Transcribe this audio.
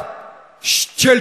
אתה יודע מה?